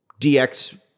DX